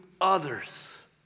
others